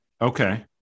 Okay